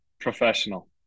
Professional